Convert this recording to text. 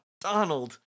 Donald